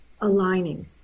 aligning